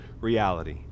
reality